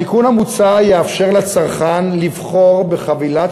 התיקון המוצע יאפשר לצרכן לבחור בחבילת